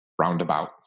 roundabout